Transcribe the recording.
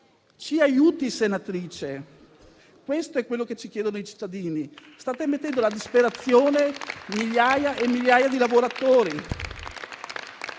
Ci aiuti, senatrice». Questo è ciò che ci chiedono i cittadini. State mettendo alla disperazione migliaia e migliaia di lavoratori.